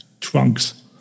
trunks